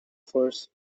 force